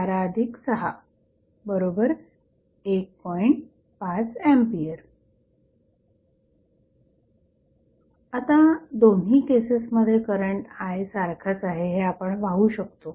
5A आता दोन्ही केसेसमध्ये करंट I सारखाच आहे हे आपण पाहू शकतो